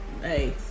hey